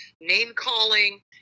name-calling